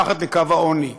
מתחת לקו העוני,